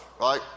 right